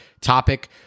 topic